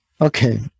Okay